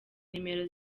nimero